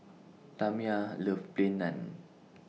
Tamia loves Plain Naan